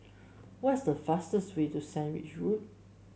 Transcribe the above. what's the fastest way to Sandwich Road